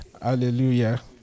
Hallelujah